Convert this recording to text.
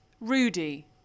Rudy